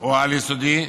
או על-יסודי,